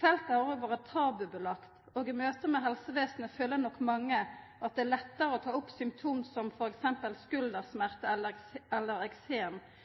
Feltet har òg vore tabubelagt, og i møte med helsevesenet føler nok mange at det er lettare å ta opp symptom som f.eks. skuldersmerter eller eksem enn det å ta opp at ein slit med sjølvmordstankar eller